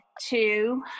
two